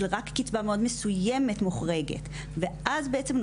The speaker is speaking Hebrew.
רק קצבה מאוד מסוימת מוחרגת ואז בעצם,